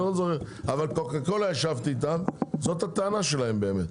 אבל קוקה קולה ישבתי איתם, זאת הטענה שלהם באמת.